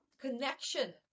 connection